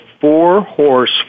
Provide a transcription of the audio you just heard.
four-horse